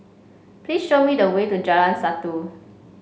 please show me the way to Jalan Satu